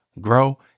grow